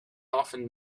often